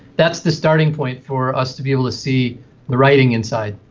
that's the starting point for us to be able to see the writing inside.